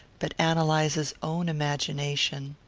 but ann eliza's own imagination,